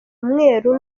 umweru